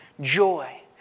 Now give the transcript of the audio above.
joy